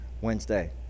Wednesday